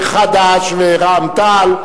חד"ש ורע"ם-תע"ל,